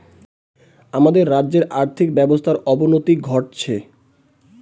আমাদের রাজ্যের আর্থিক ব্যবস্থার অবনতি ঘটছে